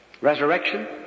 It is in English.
Resurrection